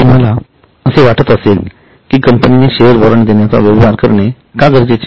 तुम्हाला असे वाटत असेल कि कंपनीने शेअर वॉरंट देण्याचा व्यवहार करणे का गरजेचे आहे